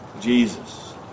Jesus